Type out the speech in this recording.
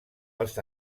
els